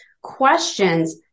questions